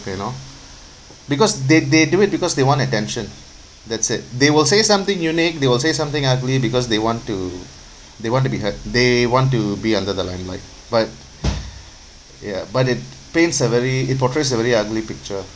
you know because they they do it because they want attention that's it they will say something unique they will say something ugly because they want to they want to be heard they want to be under the limelight but ya but it paints a very it portraits a very ugly picture